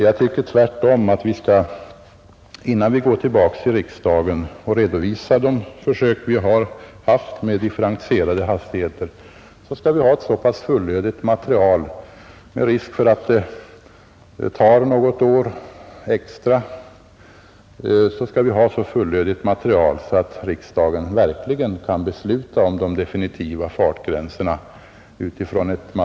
Jag tycker tvärtom att innan vi går tillbaka till riksdagen och redovisar de försök vi haft med differentierade hastigheter, skall vi ha ett så pass fullödigt material, med risk för att det tar något år extra, att riksdagen verkligen kan besluta om de definitiva fartgränserna.